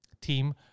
team